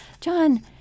John